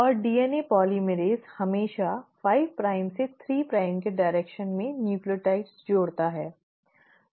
और DNA polymerase हमेशा 5 prime से 3 प्राइम की दिशा में न्यूक्लियोटाइड जोड़ता है